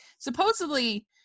supposedly